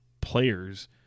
players